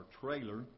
trailer